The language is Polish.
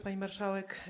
Pani Marszałek!